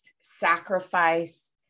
sacrifice